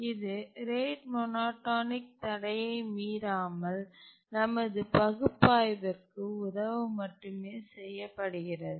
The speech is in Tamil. இது ரேட் மோனோடோனிக் தடையை மீறாமல் நமது பகுப்பாய்விற்கு உதவ மட்டுமே செய்யப்படுகிறது